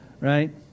Right